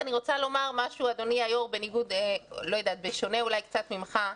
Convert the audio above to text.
אני רוצה לומר משהו, אולי קצת בשונה ממך,